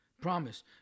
promise